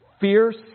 fierce